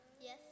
Yes